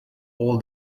all